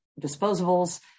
disposables